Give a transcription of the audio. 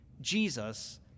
Jesus